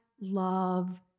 love